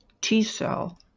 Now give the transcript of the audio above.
T-cell